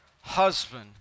husband